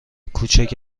کوچک